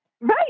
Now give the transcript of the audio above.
right